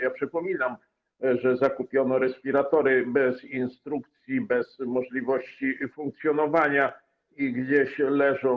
Ja przypominam, że zakupiono respiratory bez instrukcji, bez możliwości funkcjonowania, które gdzieś leżą.